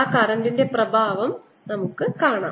ആ കറന്റിന്റെ പ്രഭാവം ഞാൻ കാണണം